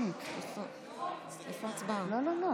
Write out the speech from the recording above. לוועדת העבודה,